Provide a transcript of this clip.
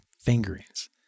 fingerings